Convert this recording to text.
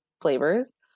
flavors